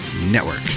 Network